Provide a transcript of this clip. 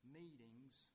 meetings